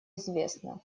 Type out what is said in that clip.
известна